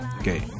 Okay